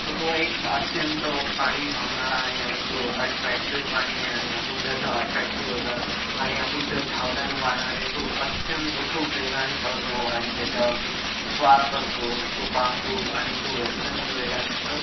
तर तो एक अत्यंत प्राणी धावणारा आहे आणि तो अट्रॅक्टीव्ह प्राणी आहे आणि आपण त्याचा अट्रॅक्टीव्ह होता आणि आपण त्या धावण्यानं पाहणारे तो अत्यंत खूप वेगाने पळतो आणि त्याच्यावर जो स्वारक असतो तो पाहतो आणि तो अत्यंत वेगाने तर